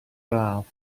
braf